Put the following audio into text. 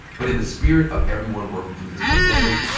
but in the spirit of everyone working through this pandemic,